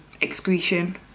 excretion